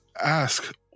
ask